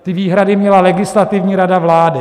Ty výhrady měla Legislativní rada vlády.